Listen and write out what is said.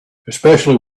especially